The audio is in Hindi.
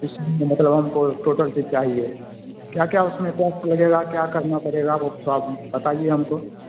इसमें मतलब हमको टोटल चीज चाहिए क्या क्या उसमें पंप लगेगा क्या करना पड़ेगा वो सब बताइए हमको